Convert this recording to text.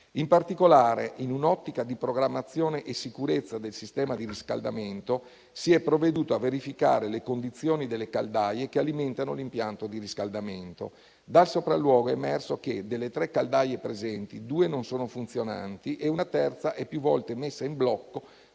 In particolare, in un'ottica di programmazione e sicurezza del sistema di riscaldamento, si è provveduto a verificare le condizioni delle caldaie che alimentano l'impianto di riscaldamento. Dal sopralluogo è emerso che, delle tre caldaie presenti, due non sono funzionanti e una terza è più volte messa in blocco